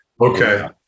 Okay